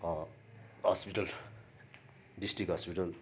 ह ह hospital district hospital